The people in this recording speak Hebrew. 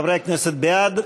חברי הכנסת, בעד,